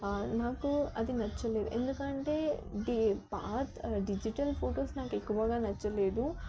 నాకు అది నచ్చలేదు ఎందుకంటే డి పాత డిజిటల్ ఫోటోస్ నాకు ఎక్కువగా నచ్చలేదు